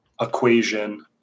equation